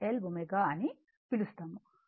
అని పిలుస్తాము